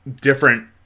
different